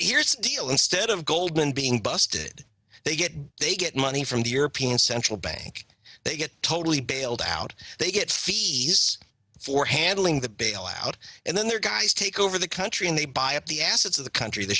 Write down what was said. here's the deal instead of goldman being busted they get they get money from the european central bank they get totally bailed out they get fees for handling the bailout and then their guys take over the country and they buy up the assets of the country the